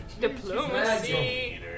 Diplomacy